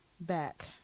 back